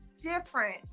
different